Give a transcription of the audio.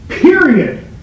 Period